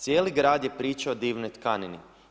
Cijeli grad je pričao o divnoj tkanini.